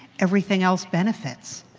everything else benefits.